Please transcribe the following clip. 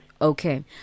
okay